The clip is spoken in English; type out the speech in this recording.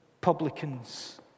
publicans